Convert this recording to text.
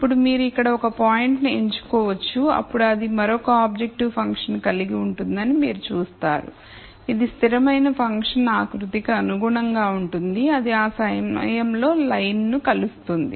ఇప్పుడు మీరు ఇక్కడ ఒక పాయింట్ను ఎంచుకోవచ్చు అప్పుడు అది మరొక ఆబ్జెక్టివ్ ఫంక్షన్ విలువను కలిగి ఉంటుందని మీరు చూస్తారు ఇది స్థిరమైన ఫంక్షన్ ఆకృతికి అనుగుణంగా ఉంటుంది అది ఆ సమయంలో లైన్ ను కలుస్తుంది